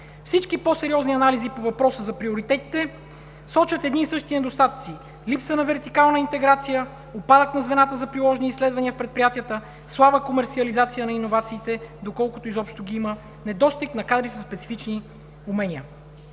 Всички по-сериозни анализи по въпроса за приоритетите сочат едни и същи недостатъци: липса на вертикална интеграция, упадък на звената за приложни изследвания в предприятията, слаба комерсиализация на иновациите – доколкото изобщо ги има, недостиг на кадри със специфични умения.